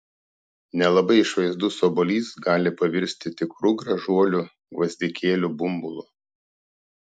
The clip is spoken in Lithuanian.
nelabai išvaizdus obuolys gali pavirsti tikru gražuoliu gvazdikėlių bumbulu